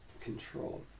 control